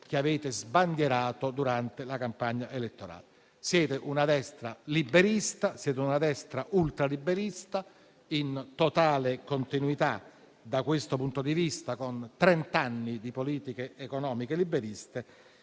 che avete sbandierato durante la campagna elettorale. Siete una destra liberista, ultraliberista, in totale continuità - da questo punto di vista - con trent'anni di politiche economiche liberiste,